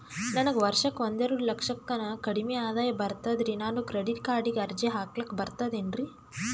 ನನಗ ವರ್ಷಕ್ಕ ಒಂದೆರಡು ಲಕ್ಷಕ್ಕನ ಕಡಿಮಿ ಆದಾಯ ಬರ್ತದ್ರಿ ನಾನು ಕ್ರೆಡಿಟ್ ಕಾರ್ಡೀಗ ಅರ್ಜಿ ಹಾಕ್ಲಕ ಬರ್ತದೇನ್ರಿ?